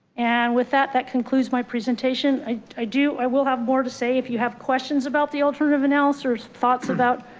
and with that that concludes my presentation. i i do, i will have more to say if you have questions about the alternative analysis thoughts about,